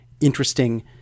interesting